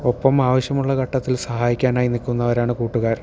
ഒപ്പം ആവശ്യമുള്ള ഘട്ടത്തിൽ സഹായിക്കാനായി നിക്കുന്നവരാണ് കൂട്ടുകാർ